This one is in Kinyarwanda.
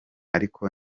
ariko